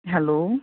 hello